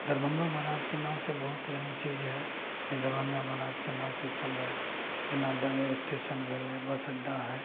दरभंगो महाराजके नामसँ बहुत एहन चीज हइ जे दरभंगो महाराजके नामसँ चलय हइ जेना स्टेशन भेलय बस अड्डा हइ